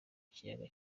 kiyaga